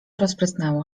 rozprysnęło